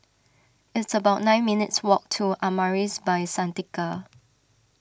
it's about nine minutes' walk to Amaris By Santika